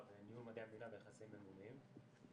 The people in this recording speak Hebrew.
בניהול ומדעי המדינה ויחסים בין-לאומיים.